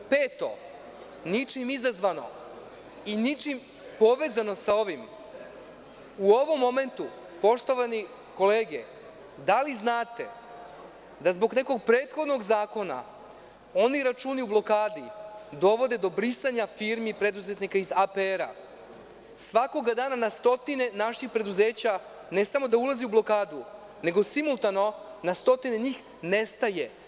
Peto, ničim izazvano i ničim povezano sa ovim, u ovom momentu, poštovane kolege, da li znate da zbog nekog prethodnog zakona oni računi u blokadi dovode do brisanja firmi preduzetnika iz APR. Svakoga dana na stotine naših preduzeća ne samo da ulazi u blokadu, nego simultano na stotine njih nestaje.